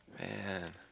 Man